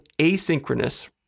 asynchronous